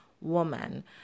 woman